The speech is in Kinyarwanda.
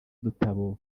udutabo